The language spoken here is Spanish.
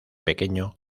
pequeño